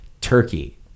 turkey